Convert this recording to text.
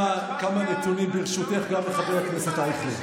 בוא נדבר על זה,